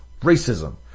racism